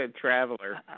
Traveler